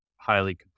highly